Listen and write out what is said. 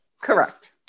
correct